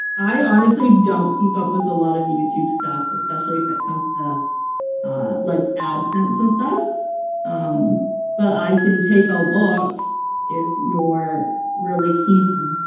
i honestly don't keep up with a lot of youtube stuff especially if it comes to like adsense and stuff um i can take a look if you're really keen